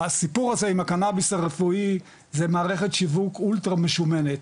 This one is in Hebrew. הסיפור הזה עם הקנאביס הרפואי זה מערכת שיווק אולטרה משומנת,